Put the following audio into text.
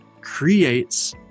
creates